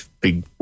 big